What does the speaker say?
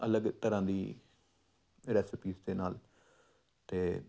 ਅਲੱਗ ਤਰ੍ਹਾਂ ਦੀ ਰੈਸਪੀਸ ਦੇ ਨਾਲ ਅਤੇ